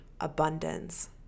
abundance